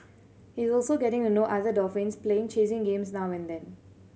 he is also getting to know other dolphins playing chasing games now and then